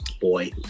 boy